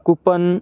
coupon